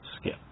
skip